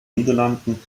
niederlanden